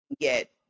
get